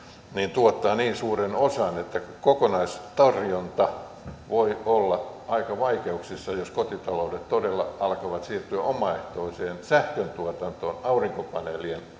tuottavat niin suuren osan että kokonaistarjonta voi olla aika lailla vaikeuksissa jos kotitaloudet todella alkavat siirtyä omaehtoiseen sähköntuotantoon aurinkopaneelien